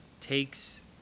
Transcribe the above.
takes